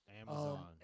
Amazon